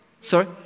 Sorry